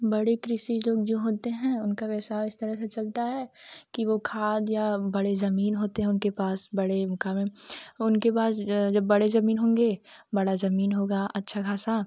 बड़े कृषि लोग जो होते हैं उनका विशाल तरह से चलता है कि वह खाद या बड़े ज़मीन होते हैं उनके पास बड़े मुकाम है उनके पास जब बड़े ज़मीन होंगे बड़ा ज़मीन होगा अच्छा खासा